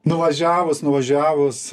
nuvažiavus nuvažiavus